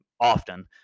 often